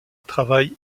travail